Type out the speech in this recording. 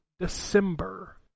December